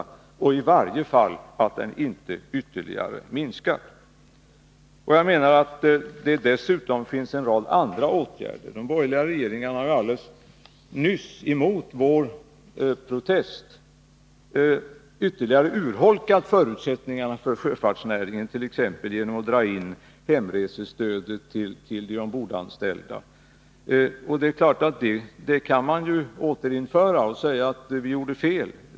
I varje fall borde man kunna garantera att den inte ytterligare minskar. Det finns dessutom en rad andra åtgärder som är möjliga att vidta. Men de borgerliga regeringarna har helt nyligen, trots vår protest, ytterligare urholkat förutsättningarna för sjöfartsnäringen, t.ex. genom att dra in hemresestödet för de ombordanställda. Det är klart att man kan återinföra det och säga att man gjorde fel.